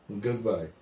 Goodbye